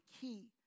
key